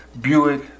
Buick